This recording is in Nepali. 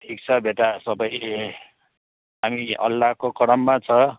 ठिक छ बेटा सबै हामी अल्लाहको करममा छ